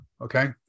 Okay